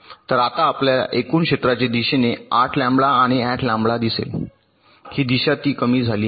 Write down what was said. तर आता आपल्या एकूण क्षेत्राचे दिशेने 8 लॅम्बडा आणि 8 लॅम्बडा असेल ही दिशा ती कमी झाली आहे